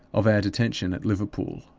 of our detention at liverpool,